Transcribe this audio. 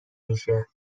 میشه